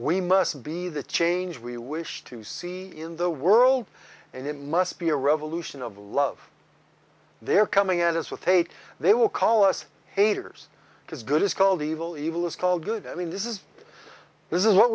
we must be the change we wish to see in the world and it must be a revolution of love they are coming at us with hate they will call us haters because good is called evil evil is called good i mean this is this is what